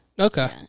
Okay